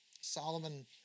Solomon